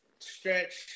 stretch